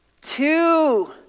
two